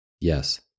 Yes